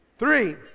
Three